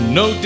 no